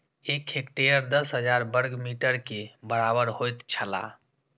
एक हेक्टेयर दस हजार वर्ग मीटर के बराबर होयत छला